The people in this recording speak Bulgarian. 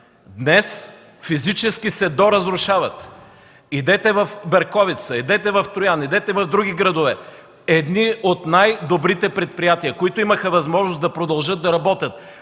днес физически се доразрушават. Идете в Берковица, в Троян, в други градове – едни от най-добрите предприятия, които имаха възможност да продължат да работят,